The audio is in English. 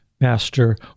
master